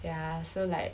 ya so like